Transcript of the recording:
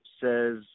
says